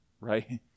right